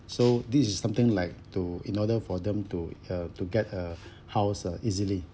so this is something like to in order for them to uh to get a house uh easily